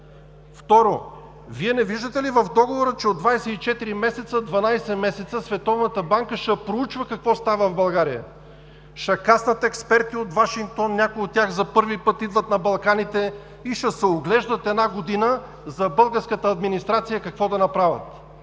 Второ, Вие не виждате ли в договора, че от 24 месеца, 12 месеца Световната банка ще проучва какво става в България? Ще кацнат експерти от Вашингтон, някой от тях за първи път идват на Балканите, и ще се оглеждат една година за българската администрация какво да направят,